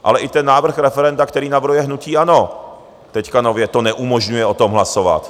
Ale i ten návrh referenda, který navrhuje hnutí ANO, teď nově to neumožňuje o tom hlasovat.